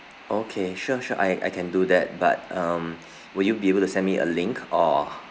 okay sure sure I I can do that but um will you be able to send me a link or